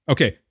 Okay